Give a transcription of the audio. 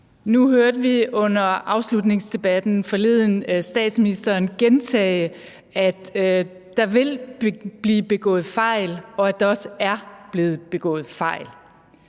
Nu hørte vi under afslutningsdebatten forleden statsministeren gentage, at der vil blive begået fejl, og at der også er blevet begået fejl.